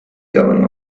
going